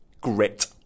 Grit